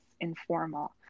informal